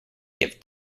give